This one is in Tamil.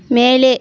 மேலே